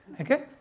Okay